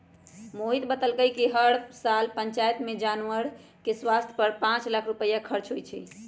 मोहित बतलकई कि हर साल पंचायत में जानवर के स्वास्थ पर पांच लाख रुपईया खर्च होई छई